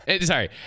Sorry